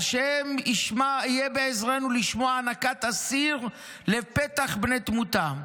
והשם יהיה בעזרנו לשמֹעַ אנקת אסיר לְפַתֵּחַ בני תמותה,